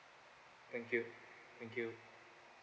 thank you thank you